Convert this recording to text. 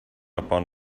upon